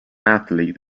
athlete